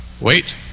Wait